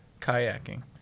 Kayaking